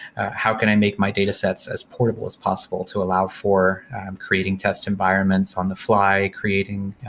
how can i make my datasets as portable as possible to allow for creating test environments on the fly, creating